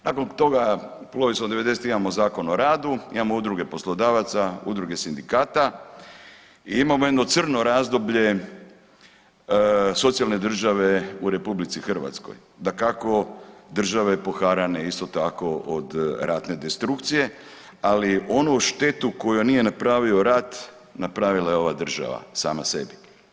Nakon toga … imamo Zakon o radu, imamo udruge poslodavaca, udruge sindikata i imamo jedno crno razdoblje socijalne države u RH, dakako države poharane isto tako od ratne destrukcije, ali onu štetu koju nije napravio rat napravila je ova država sama sebi.